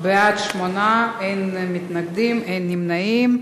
בעד, 8, אין מתנגדים, אין נמנעים.